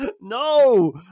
no